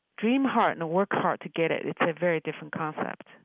dream hard and work hard to get it, it's a very different concept.